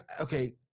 okay